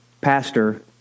pastor